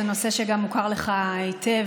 זה נושא שמוכר גם לך היטב,